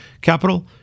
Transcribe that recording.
capital